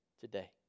today